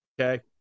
okay